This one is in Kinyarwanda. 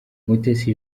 mutesi